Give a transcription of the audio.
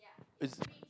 it's